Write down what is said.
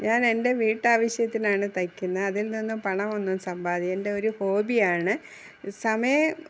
ഞാനെന്റെ വീട്ടാവശ്യത്തിനാണ് തയ്ക്കുന്നെ അതില് നിന്ന് പണമൊന്നും എന്റെ ഒരു ഹോബിയാണ്